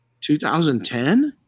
2010